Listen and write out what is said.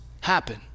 happen